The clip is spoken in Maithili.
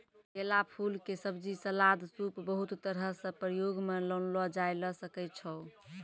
केला फूल के सब्जी, सलाद, सूप बहुत तरह सॅ प्रयोग मॅ लानलो जाय ल सकै छो